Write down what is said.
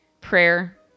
prayer